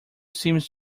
seems